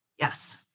yes